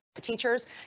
Teachers